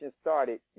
started